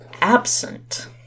absent